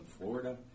Florida